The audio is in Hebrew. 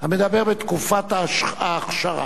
עברה בקריאה ראשונה